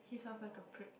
he sounds like a prick